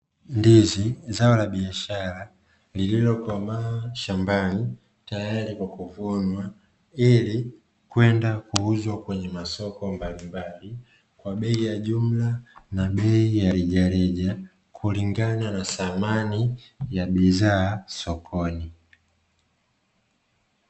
Ndizi, zao la biashara lililokomaa shambani tayari kwa kuvunwa ili kwenda kuuzwa kwenye masoko mbalimbali kwa bei ya jumla na bei ya rejareja, kulingana na thamani ya bidhaa sokoni.